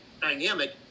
dynamic